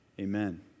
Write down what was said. amen